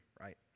right